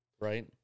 right